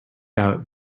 out